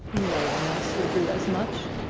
no one else would do as much.